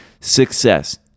success